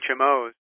HMOs